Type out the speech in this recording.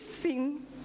sing